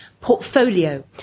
portfolio